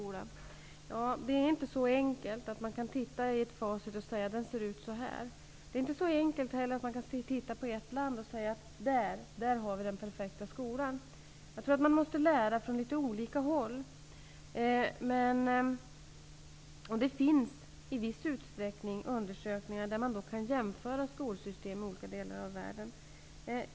Ja, det är inte så enkelt att man kan titta i facit och säga: Den ser ut så här. Det är inte heller så enkelt att man kan titta på ett land och säga: Där har vi den perfekta skolan. Jag tror att man måste lära från litet olika håll. Men det finns undersökningar där man i viss utsträckning kan jämföra skolsystem i olika delar av världen.